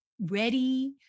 ready